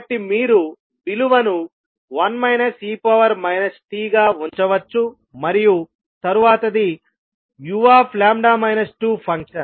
కాబట్టి మీరు విలువను 1 e t గా ఉంచవచ్చు మరియు తరువాతది uλ 2ఫంక్షన్